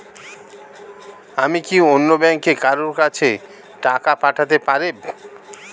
আমি কি অন্য ব্যাংকের কারো কাছে টাকা পাঠাতে পারেব?